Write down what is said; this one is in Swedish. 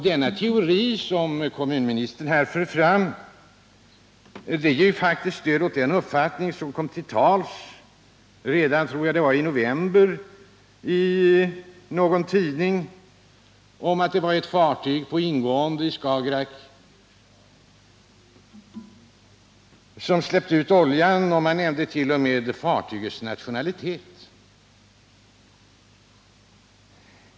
Den teori som kommunministern för fram ger faktiskt stöd för den uppfattning som kom till uttryck i någon tidning redan i november, tror jag att det var, om att det var ett fartyg på ingående i Skagerack som släppte ut oljan. Man nämnde. o. m. fartygets nationalitet.